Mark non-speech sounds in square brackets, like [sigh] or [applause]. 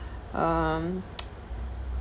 um [noise]